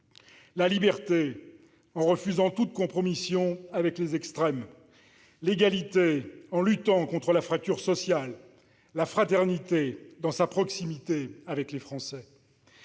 la liberté, en refusant toute compromission avec les extrêmes ; l'égalité, en luttant contre la fracture sociale ; la fraternité, dans sa proximité avec les Français.